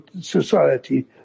society